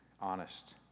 honest